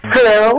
Hello